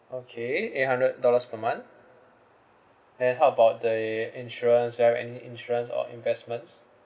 okay eight hundred dollars per month and how about the insurance do you have any insurance or investments